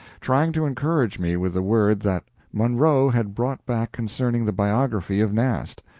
trying to encourage me with the word that munro had brought back concerning the biography of nast.